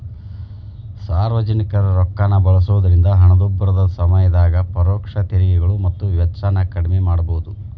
ಸಾರ್ವಜನಿಕರ ರೊಕ್ಕಾನ ಬಳಸೋದ್ರಿಂದ ಹಣದುಬ್ಬರದ ಸಮಯದಾಗ ಪರೋಕ್ಷ ತೆರಿಗೆಗಳು ಮತ್ತ ವೆಚ್ಚನ ಕಡ್ಮಿ ಮಾಡಬೋದು